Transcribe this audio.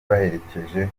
baherekeje